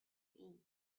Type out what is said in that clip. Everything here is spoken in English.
eat